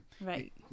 Right